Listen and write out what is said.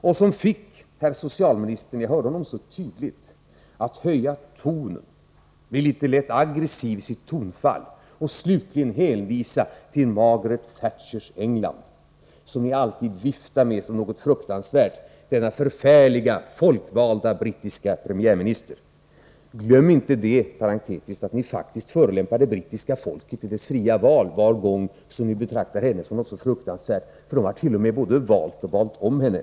Och som fick herr socialministern — jag hörde honom så tydligt — att höja tonen, bli lätt aggressiv i sitt tonfall och slutligen hänvisa till Margaret Thatchers England, som socialdemokraterna alltid viftar med som någonting fruktansvärt. Ack, denna förfärliga, folkvalda brittiska premiärminister! Inom parentes sagt: glöm inte att ni faktiskt förolämpar det brittiska folket i dess fria val var gång ni betraktar henne som något så fruktansvärt. Brittiska folket har t.o.m. valt och valt om henne.